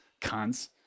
cunts